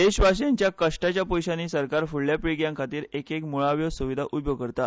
देशवासीयांच्या कश्टांच्या पयशांनी सरकार फुडल्या पिळग्यांखातीर एक एक म्ळाव्यो स्विदा उब्यो करता